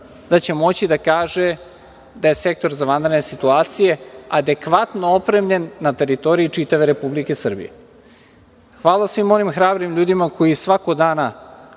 tada bio minisar, da je Sektor za vanredne situacije adekvatno opremljen na teritoriji čitave Republike Srbije. Hvala svim onim hrabrim ljudima koji svakog dana